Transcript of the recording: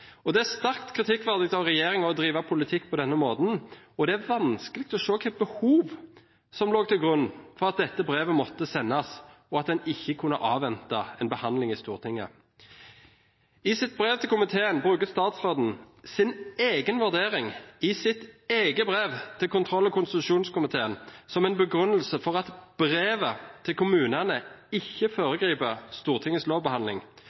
Det er sterkt kritikkverdig av regjeringen å drive politikk på denne måten. Det er vanskelig å se hva slags behov som lå til grunn for at dette brevet måtte sendes, og at en ikke kunne avvente en behandling i Stortinget. I sitt brev til komiteen bruker statsråden sin egen vurdering i sitt eget brev til kontroll- og konstitusjonskomiteen som en begrunnelse for at brevet til kommunene ikke foregriper Stortingets lovbehandling.